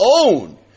own